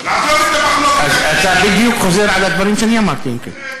אתה חוזר בדיוק על הדברים שאני אמרתי, אם כן.